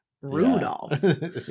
Rudolph